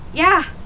yeah,